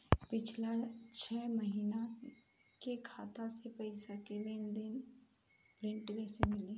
पिछला छह महीना के खाता के पइसा के लेन देन के प्रींट कइसे मिली?